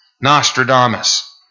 Nostradamus